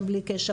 גם בלי קשר,